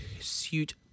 suit